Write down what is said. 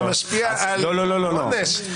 זה משפיע על העונש?